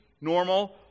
normal